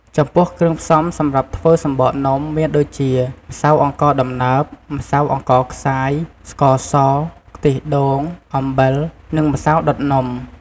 ចំំពោះគ្រឿងផ្សំសម្រាប់ធ្វើសំបកនំ មានដូចជា ម្សៅអង្ករដំណើប ម្សៅអង្ករខ្សាយ ស្ករស ខ្ទិះដូង អំបិល និងម្សៅដុតនំ។